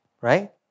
Right